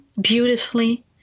beautifully